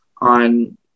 on